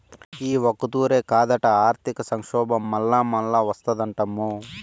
ఈ ఒక్కతూరే కాదట, ఆర్థిక సంక్షోబం మల్లామల్లా ఓస్తాదటమ్మో